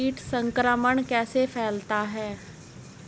कीट संक्रमण कैसे फैलता है?